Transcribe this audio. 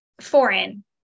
foreign